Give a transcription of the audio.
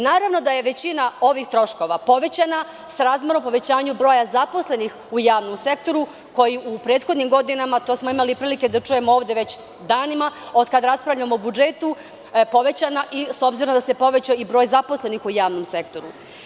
Naravno da je većina ovih troškova povećana srazmerno povećanju broja zaposlenih u javnom sektoru, koji u prethodnim godinama, to smo imali prilike da čujemo ovde već danima, od kad raspravljamo o budžetu, povećana, s obzirom da se povećao i broj zaposlenih u javnom sektoru.